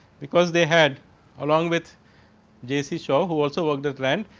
because, they had along with j. c. shaw, who also was that rand,